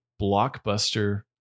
blockbuster